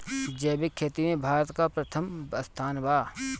जैविक खेती में भारत का प्रथम स्थान बा